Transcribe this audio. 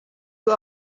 you